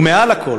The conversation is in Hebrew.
ומעל לכול,